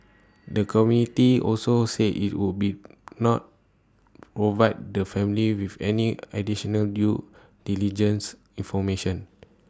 the committee also said IT would be not provide the family with any additional due diligence information